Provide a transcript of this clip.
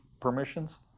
permissions